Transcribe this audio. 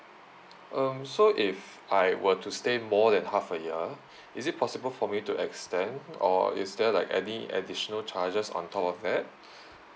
um so if I were to stay more than half a year is it possible for me to extend or is there like any additional charges on top of that